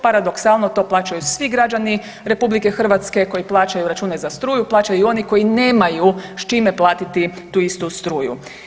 Paradoksalno to plaćaju svi građani RH koji plaćaju račune za struju, plaćaju i oni koji nemaju s čime platiti tu istu struju.